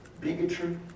bigotry